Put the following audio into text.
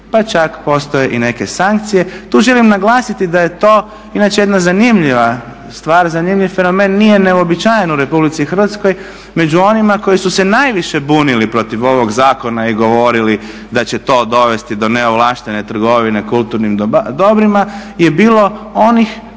pa čak postoje i neke sankcije. Tu želim naglasiti da je to inače jedna zanimljiva stvar, zanimljiv fenomen nije neuobičajen u RH među onima koji su se najviše bunili protiv ovog zakona i govorili da će to dovesti do neovlaštene trgovine kulturnim dobrima je bilo onih